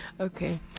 Okay